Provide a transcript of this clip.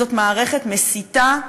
וזאת מערכת מסיתה,